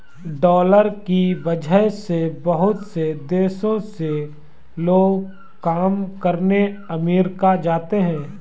dollar की वजह से बहुत से देशों से लोग काम करने अमरीका जाते हैं